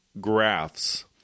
graphs